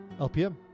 LPM